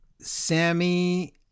Sammy